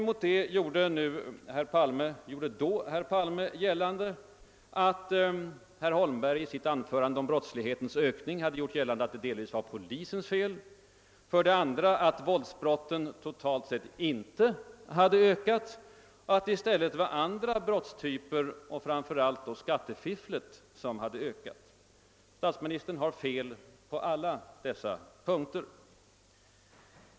Mot detta gjorde herr Palme gällande att herr Holmberg i sitt anförande om brottslighetens ökning hade hävdat att polisen delvis var skuld till denna samt att våldsbrotten totalt sett inte hade ökat utan att det i stället var andra brottstyper, framför allt skattefifflet, som hade fått ökad utbredning. Statsministern har fel på alla dessa punkter.